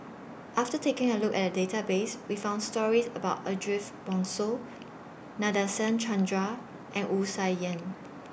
after taking A Look At The Database We found stories about Ariff Bongso Nadasen Chandra and Wu Tsai Yen